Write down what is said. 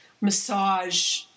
massage